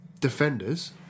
defenders